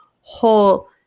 whole